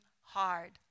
hard